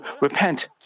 repent